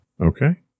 Okay